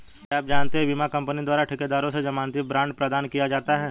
क्या आप जानते है बीमा कंपनी द्वारा ठेकेदार से ज़मानती बॉण्ड प्रदान किया जाता है?